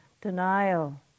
denial